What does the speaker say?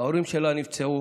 ההורים שלה נפצעו